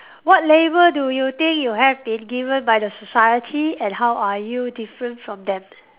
what label do you think you have been given by the society and how are you different from them